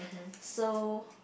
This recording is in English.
so